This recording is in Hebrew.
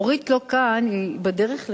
אורית לא כאן, היא בדרך לכאן.